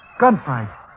Gunfight